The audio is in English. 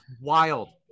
wild